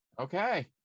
Okay